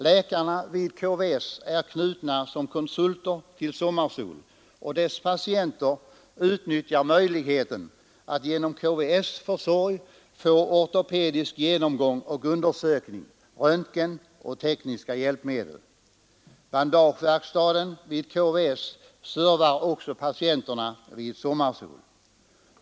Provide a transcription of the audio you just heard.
Läkarna vid KVS är knutna som konsulter till Sommarsol, och dess patienter utnyttjar möjligheten att genom KVS:s försorg få ortopedisk genomgång och undersökning, röntgen och tekniska hjälpmedel. Bandageverkstaden vid KVS servar också patienterna vid Sommarsol.